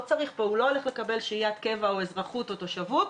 הוא לא הולך לקבל שהיית קבע או אזרחות או תושבות,